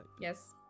Yes